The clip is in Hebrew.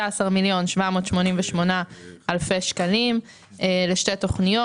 13,788,000 שקלים לשתי תוכניות.